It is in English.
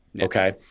okay